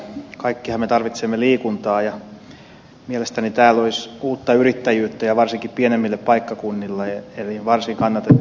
kaikkihan me tarvitsemme liikuntaa ja mielestäni tämä loisi uutta yrittäjyyttä ja varsinkin pienemmille paikkakunnille eli varsin kannatettava lakiesitys